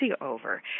over